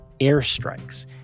airstrikes